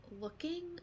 Looking